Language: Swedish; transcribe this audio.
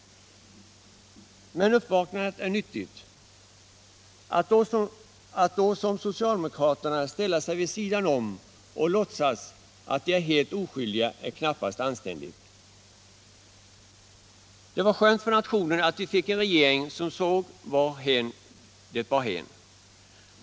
Men uppvaknandet är nyttigt. Att då som socialdemokraterna ställa sig vid sidan om och låtsas att man är helt oskyldig är knappast anständigt. Det var skönt för nationen att vi fick en regering som såg vart det bar hän.